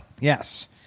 Yes